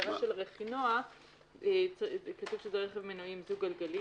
בהגדרת רכינוע כתוב שזה רכב מנוע דו-גלגלי